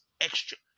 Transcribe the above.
extra